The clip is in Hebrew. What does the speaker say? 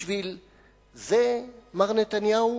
בשביל זה, מר נתניהו,